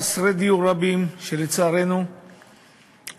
חסרי דיור רבים, שלצערנו כבר